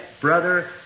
brother